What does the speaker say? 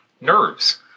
Nerves